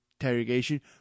interrogation